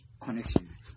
connections